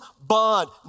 bond